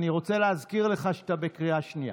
אני רוצה להזכיר לך שאתה בקריאה שנייה.